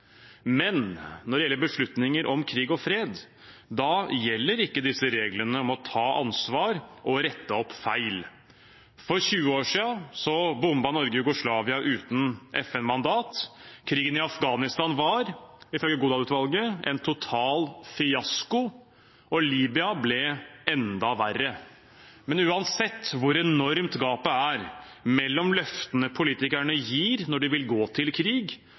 Men når det gjelder beslutninger om krig og fred, da gjelder ikke disse reglene om å ta ansvar og rette opp feil. For 20 år siden bombet Norge Jugoslavia uten FN-mandat. Krigen i Afghanistan var, ifølge Godal-utvalget, en total fiasko, og Libya ble enda verre. Men uansett hvor enormt gapet er mellom løftene politikerne gir når de vil gå til krig,